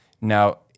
Now